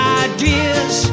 ideas